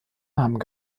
namen